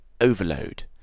overload